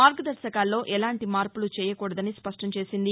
మార్గదర్శకాల్లో ఎలాంటి మార్పులు చేయకూడదని స్పష్టం చేసింది